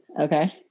Okay